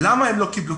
למה הן לא קיבלו?